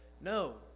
no